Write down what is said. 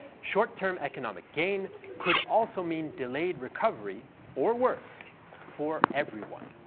short term economic gain could also mean delayed recovery or worse for everyone.